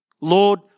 Lord